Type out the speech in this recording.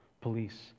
police